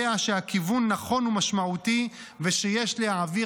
יודע שהכיוון נכון ומשמעותי ושיש להעביר